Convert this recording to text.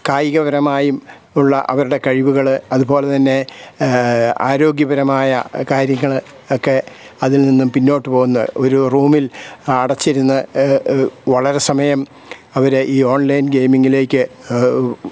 കായികപരമായും ഉള്ള അവരുടെ കഴിവുകൾ അതുപോലെതന്നെ ആരോഗ്യപരമായ കാര്യങ്ങൾ ഒക്കെ അതിൽ നിന്നും പിന്നോട്ടു പോകുന്ന ഒരു റൂമിൽ അടച്ചിരുന്ന് വളരെ സമയം അവർ ഈ ഓൺലൈൻ ഗെയിമിങ്ങിലേക്ക്